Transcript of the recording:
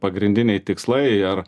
pagrindiniai tikslai ar